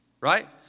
Right